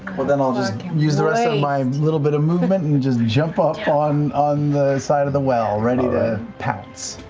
well, then i'll just use the rest of my little bit of movement and just jump up on on the side of the well ready to pounce.